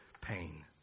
pain